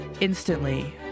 instantly